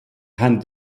hand